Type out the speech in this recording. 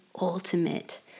ultimate